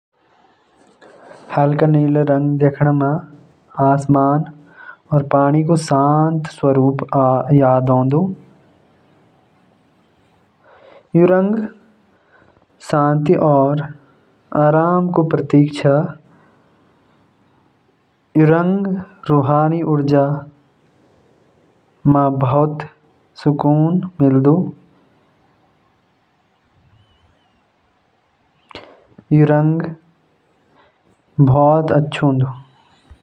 हल्का नीला रंग देखदा म आसमान और पानी क शांत स्वरूप क याद आउंछ। यो रंग शांति और आराम क प्रतीक च। यो रंग क रूहानी ऊर्जा म बहुत सुकून मिलदा।